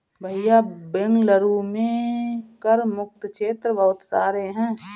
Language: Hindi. भैया बेंगलुरु में कर मुक्त क्षेत्र बहुत सारे हैं